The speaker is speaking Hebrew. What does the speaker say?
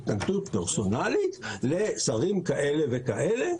התנגדות פרסונלית לשרים כאלה וכאלה,